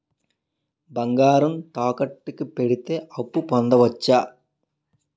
బంగారం తాకట్టు కి పెడితే అప్పు పొందవచ్చ?